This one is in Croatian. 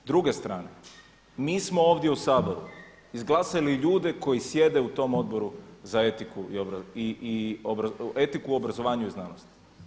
S druge strane, mi smo ovdje u Saboru izglasali ljude koji sjede u tom Odboru za etiku, obrazovanje i znanost.